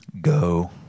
Go